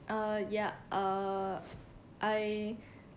uh ya uh I